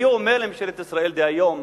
אני אומר לממשלת ישראל דהיום,